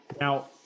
Now